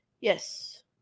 yes